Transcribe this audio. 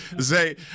Zay